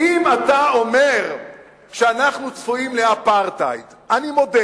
אם אתה אומר שאנחנו צפויים לאפרטהייד, אני מודה